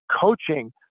coaching